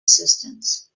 assistants